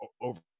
over